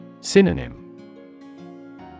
Synonym